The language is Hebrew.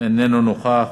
אינו נוכח,